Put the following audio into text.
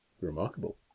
Remarkable